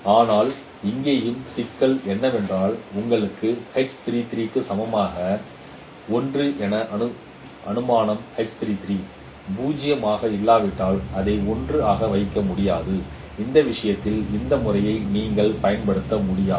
ஆனால் இங்கேயும் சிக்கல் என்னவென்றால் உங்கள் சமமான 1 என்ற அனுமானம் 0 ஆக இல்லாவிட்டால் அதை 1 ஆக வைக்க முடியாது அந்த விஷயத்தில் இந்த முறையை நீங்கள் பயன்படுத்த முடியாது